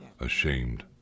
ashamed